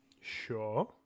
Sure